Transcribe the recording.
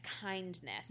kindness